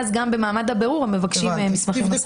אז גם במעמד הבירור הם מבקשים מסמכים.